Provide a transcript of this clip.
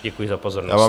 Děkuji za pozornost.